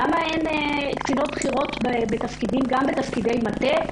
למה אין קצינות בכירות גם בתפקידי מטה?